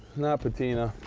not patina.